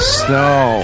snow